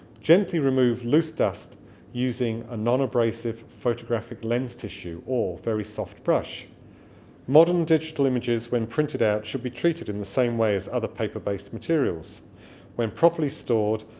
gently remove loose dust using a non-abrasive photographic lens tissue or very soft brush modern digital images, when printed out, should be treated in the same way as other paper-based materials when properly stored,